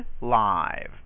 Live